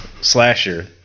slasher